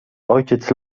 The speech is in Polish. ojciec